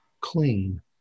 clean